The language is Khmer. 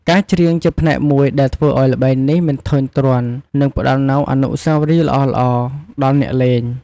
ការច្រៀងជាផ្នែកមួយដែលធ្វើឱ្យល្បែងនេះមិនធុញទ្រាន់ និងផ្តល់នូវអនុស្សាវរីយ៍ល្អៗដល់អ្នកលេង។